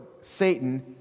Satan